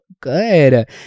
good